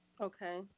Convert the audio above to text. Okay